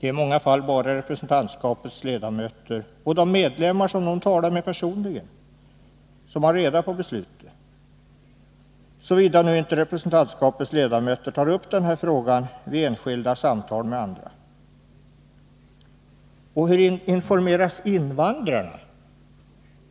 Det är i många fall bara representantskapets ledamöter och de medlemmar som de talar med personligen som har reda på beslutet, såvida inte representantskapets ledamöter tar upp frågan i andra sammanhang. Och hur informeras invandrarna?